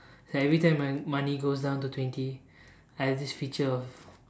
like everytime my money goes down to twenty I have this feature of